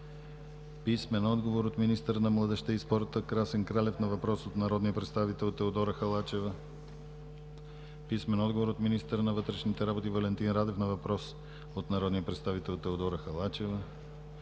Халачева; - министъра на младежта и спорта Красен Кралев на въпрос от народния представител Теодора Халачева; - министъра на вътрешните работи Валентин Радев на въпрос от народния представител Теодора Халачева;